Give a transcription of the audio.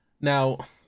Now